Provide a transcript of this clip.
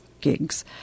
gigs